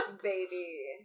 baby